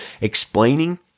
explaining